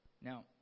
Now